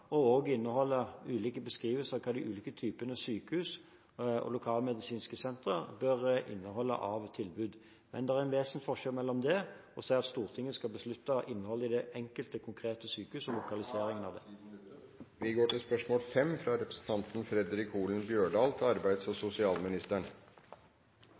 og vil også inneholde ulike beskrivelser av hva de ulike typene sykehus og lokalmedisinske sentre bør inneholde av tilbud. Men det er en vesensforskjell mellom det og det å si at Stortinget skal beslutte innholdet i det enkelte, konkrete sykehus og … «I brev til Pensjonistforbundet 26. mars varslar statsråden at han vil «legge opp til